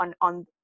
on